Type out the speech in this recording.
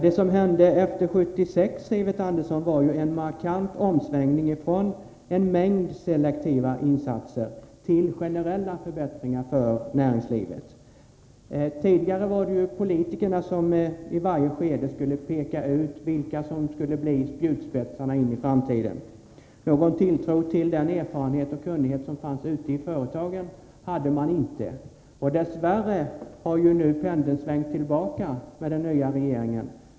Det som hände efter 1976, Sivert Andersson, var en markant omsvängning från en mängd selektiva insatser till generella förbättringar för näringslivet. Tidigare var det politikerna som i varje skede skulle peka ut vilka produkter som skulle bli spjutspetsarna in i framtiden. Någon tilltro till den erfarenhet och det kunnande som fanns ute i företagen hade man inte. Dess värre har ju pendeln nu svängt tillbaka med den nya regeringen.